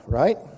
right